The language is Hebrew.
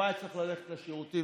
הוא היה צריך ללכת לשירותים.